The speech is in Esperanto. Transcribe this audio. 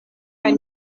kaj